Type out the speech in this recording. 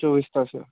चोवीस तास